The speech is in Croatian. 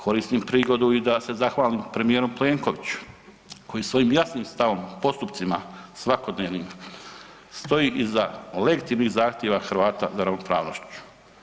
Koristim prigodu i da se zahvalim premijeru Plenkoviću koji svojim jasnim stavom, postupcima svakodnevnim stoji iza legitimnih zahtjeva Hrvata za ravnopravnošću.